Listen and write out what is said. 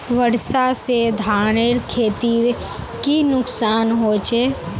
वर्षा से धानेर खेतीर की नुकसान होचे?